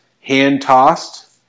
hand-tossed